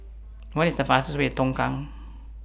What IS The fastest Way Tongkang